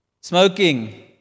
Smoking